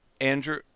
Andrew